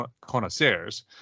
connoisseurs